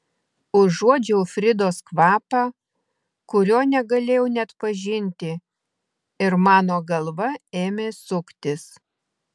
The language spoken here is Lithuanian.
užuodžiau fridos kvapą kurio negalėjau neatpažinti ir mano galva ėmė suktis